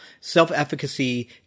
self-efficacy